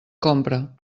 compra